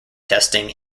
testing